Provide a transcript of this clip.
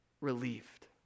relieved